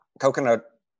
Coconut